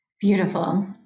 Beautiful